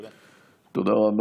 תודה.